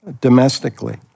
domestically